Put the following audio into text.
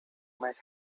might